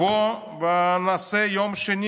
בואו ביום שני,